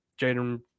Jaden